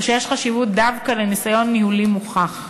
או שיש חשיבות דווקא לניסיון ניהולי מוכח?